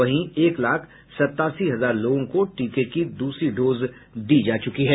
वहीं एक लाख सतासी हजार लोगों को टीके की द्सरी डोज दी जा चुकी है